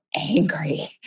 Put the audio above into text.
angry